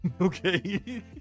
okay